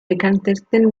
bekanntesten